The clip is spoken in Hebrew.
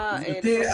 גברתי,